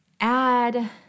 add